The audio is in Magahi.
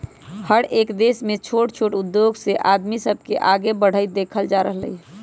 हरएक देश में छोट छोट उद्धोग से आदमी सब के आगे बढ़ईत देखल जा रहल हई